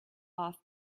off